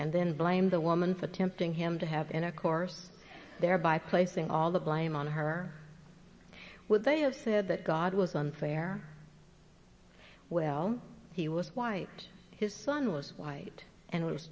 and then blame the woman for tempting him to have intercourse thereby placing all the blame on her would they have said that god was unfair well he was wiped his son was white and it was